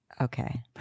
Okay